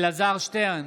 אלעזר שטרן,